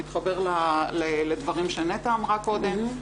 זה מתחבר לדברים שנטע אמרה קודם,